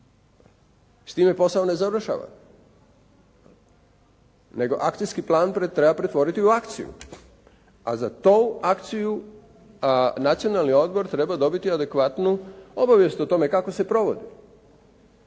S time posao ne završava. Nego akcijski plan treba pretvoriti u akaciju, a za tu akciju Nacionalni odbor treba dobiti adekvatnu obavijest o tome kako se provodi